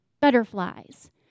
butterflies